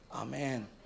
Amen